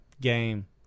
Game